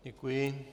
Děkuji.